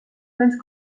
més